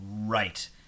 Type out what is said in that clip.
Right